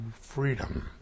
freedom